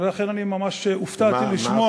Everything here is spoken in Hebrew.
לכן אני ממש הופתעתי לשמוע,